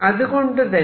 അതുകൊണ്ടുതന്നെ